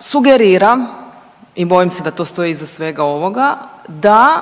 sugerira i bojim se da to stoji iza svega ovoga, da